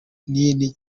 ikinini